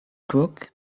crook